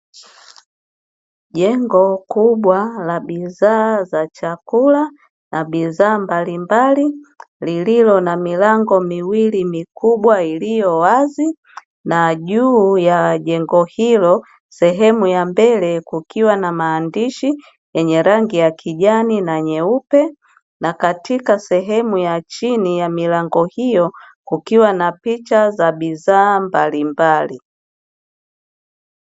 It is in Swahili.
Jengo kubwa la bidhaa za chakula na bidhaa mbalimbali, lililo na milango miwili mikubwa iliyo wazi, na juu ya jengo hilo sehemu ya mbele kukiwa na maandishi yenye rangi ya kijani na nyeupe, na katika sehemu ya chini ya milango hiyo, kukiwa na picha za bidhaa mbalimbali.